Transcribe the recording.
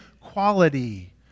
quality